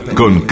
con